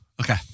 Okay